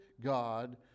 God